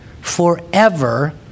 forever